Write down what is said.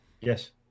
Yes